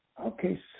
Okay